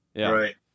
Right